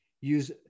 use